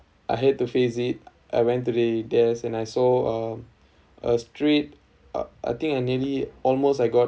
I had to face it I went to the desk and I saw um a straight uh I think I nearly almost I got